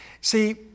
See